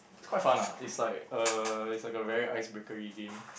it's quite fun ah it's like uh it's like a very icebreakery game